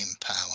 power